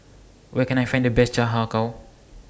Where Can I Find The Best Har Kow